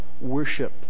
worship